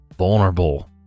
Vulnerable